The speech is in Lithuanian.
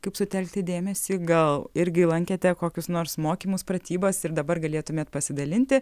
kaip sutelkti dėmesį gal irgi lankėte kokius nors mokymus pratybas ir dabar galėtumėt pasidalinti